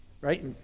right